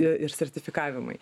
ir sertifikavimai